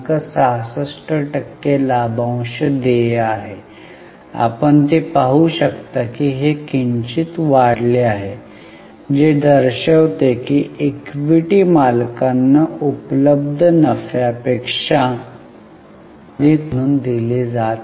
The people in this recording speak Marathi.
66 टक्के लाभांश देय आहे आपण ते पाहू शकता की हे किंचित वाढले आहे जे दर्शवते की इक्विटी मालकांना उपलब्ध नफ्यापेक्षा अधिक टक्केवारी आता लाभांश म्हणून दिली जात आहे